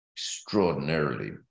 Extraordinarily